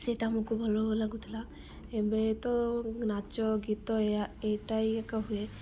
ସେଇଟା ଆମକୁ ଭଲ ଲାଗୁଥିଲା ଏବେ ତ ନାଚ ଗୀତ ଏଇଟା ଏକା ହୁଏ